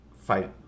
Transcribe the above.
fight